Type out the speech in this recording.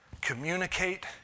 Communicate